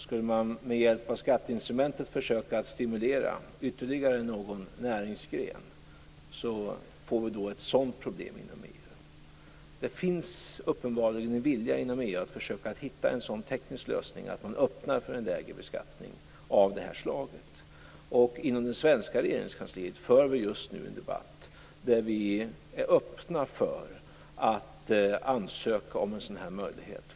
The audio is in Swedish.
Skulle man med hjälp av skatteinstrumentet försöka stimulera ytterligare någon näringsgren får vi ett sådant problem inom EU. Det finns uppenbarligen en vilja inom EU att försöka hitta en sådan teknisk lösning att man öppnar för en lägre beskattning av det här slaget. Inom det svenska regeringskansliet för vi just nu en debatt där vi är öppna för att ansöka om en sådan här möjlighet.